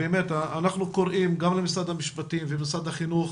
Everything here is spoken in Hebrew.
אנחנו קוראים גם למשרד המשפטים ולמשרד החינוך